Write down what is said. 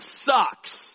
sucks